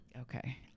Okay